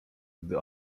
gdy